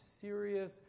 serious